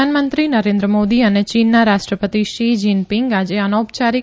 પ્રધાનમંત્રી નરેન્દ્ર મોદી અને ચીનના રાષ્ટ્રપતિ શી જીનપીંગ આજે અનૌપચારિક